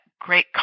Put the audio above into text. great